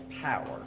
power